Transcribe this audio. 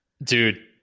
Dude